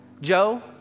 Joe